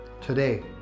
Today